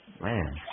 Man